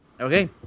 Okay